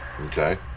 Okay